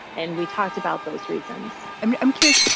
and we talked about those reasons i mean, i'm curious,